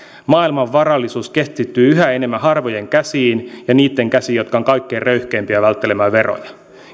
maailman varallisuus keskittyy yhä enemmän harvojen käsiin ja niitten käsiin jotka ovat kaikkein röyhkeimpiä välttelemään veroja